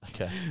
Okay